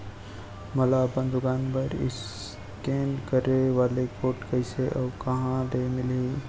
मोला अपन दुकान बर इसकेन करे वाले कोड कइसे अऊ कहाँ ले मिलही?